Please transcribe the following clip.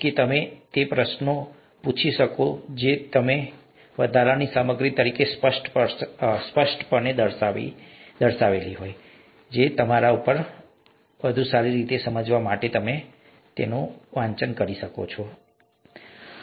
અમે તમને તેમાંથી પ્રશ્નો પણ પૂછી શકીએ છીએ જ્યારે અન્ય કે જેને વધારાની સામગ્રી તરીકે સ્પષ્ટપણે દર્શાવવામાં આવી છે તે તમારા પર છે તમે તેને વધુ સારી રીતે સમજવા માટે જઈને વાંચી શકો છો વગેરે વગેરે